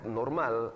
normal